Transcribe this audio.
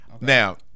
Now